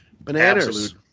Bananas